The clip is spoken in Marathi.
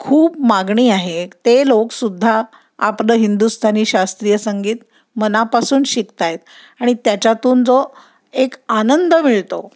खूप मागणी आहे ते लोकसुद्धा आपलं हिंदुस्थानी शास्त्रीय संगीत मनापासून शिकत आहेत आणि त्याच्यातून जो एक आनंद मिळतो